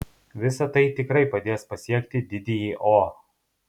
visa tai tikrai padės pasiekti didįjį o